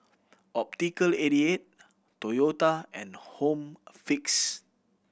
Optical Eighty Eight Toyota and Home Fix